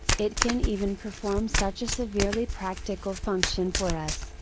it can even perform such a severely practical function for us,